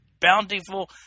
bountiful